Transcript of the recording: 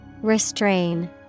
Restrain